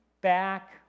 back